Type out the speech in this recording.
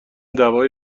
دوای